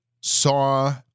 saw